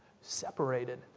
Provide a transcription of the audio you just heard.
Separated